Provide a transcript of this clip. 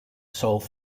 solve